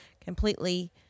completely